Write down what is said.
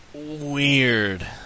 Weird